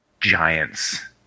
giants